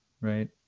right